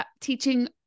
teaching